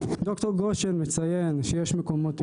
ד"ר גושן מציין שיש מקומות,